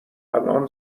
الان